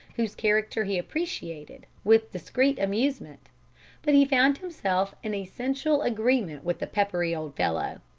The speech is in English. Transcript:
whose character he appreciated, with discreet amusement but he found himself in essential agreement with the peppery old fellow.